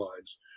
lines